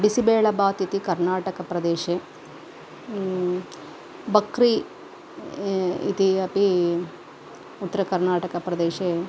बिसिबेळबात् इति कर्नाटकप्रदेशे बक्रि इति अपि उत्तरकर्नाटकप्रदेशे